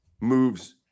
moves